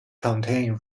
contain